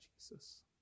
Jesus